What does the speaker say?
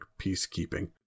peacekeeping